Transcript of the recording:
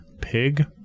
pig